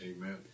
Amen